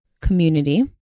community